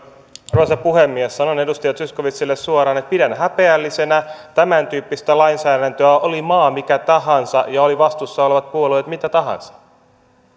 arvoisa puhemies sanon edustaja zyskowiczille suoraan että pidän häpeällisenä tämäntyyppistä lainsäädäntöä oli maa mikä tahansa ja olivat vastuussa olevat puolueet mitä tahansa